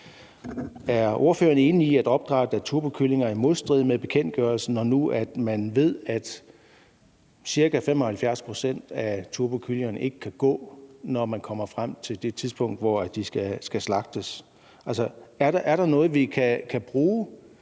Er ordføreren enig i, at opdræt af turbokyllinger er i modstrid med bekendtgørelsen, når nu man ved, at ca. 75 pct. af turbokyllingerne ikke kan gå, når man kommer frem til det tidspunkt, hvor de skal slagtes? Er der noget, vi kan bruge